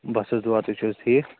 بَس حظ دُعا تُہۍ چھُو حظ ٹھیٖک